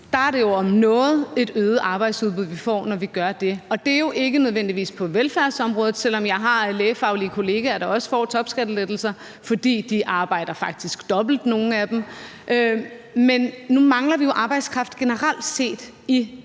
giver dem, om noget et øget arbejdsudbud, vi får, og det er jo ikke nødvendigvis på velfærdsområdet, selv om jeg også har lægefaglige kollegaer, der får topskattelettelser, fordi nogle af dem faktisk arbejder dobbelt. Men nu mangler vi jo i Danmark generelt set